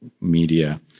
media